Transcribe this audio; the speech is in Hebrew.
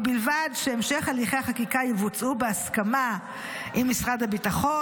ובלבד שהמשך הליכי החקיקה יבוצע בהסכמה עם משרד הביטחון